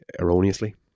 erroneously